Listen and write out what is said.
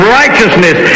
righteousness